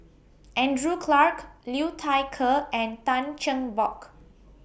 Andrew Clarke Liu Thai Ker and Tan Cheng Bock